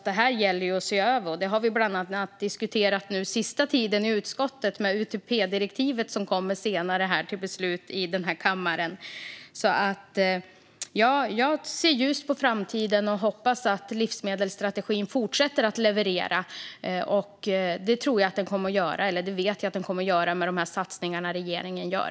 Det gäller att se över det här, vilket vi bland annat har diskuterat den senaste tiden i utskottet i samband med UTP-direktivet som senare kommer för beslut i den här kammaren. Jag ser ljust på framtiden och hoppas att livsmedelsstrategin fortsätter att leverera. Det vet jag att den kommer att göra med de satsningar som regeringen gör.